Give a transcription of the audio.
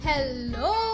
Hello